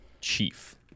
chief